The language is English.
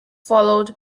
followed